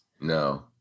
No